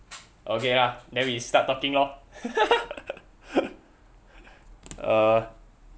okay lah then we start talking lor uh